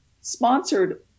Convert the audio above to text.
sponsored